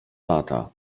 lata